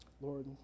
Lord